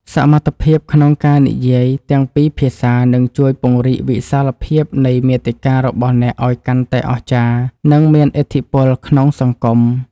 សមត្ថភាពក្នុងការនិយាយទាំងពីរភាសានឹងជួយពង្រីកវិសាលភាពនៃមាតិការបស់អ្នកឱ្យកាន់តែអស្ចារ្យ និងមានឥទ្ធិពលក្នុងសង្គម។